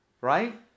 Right